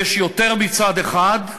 יש יותר מצד אחד,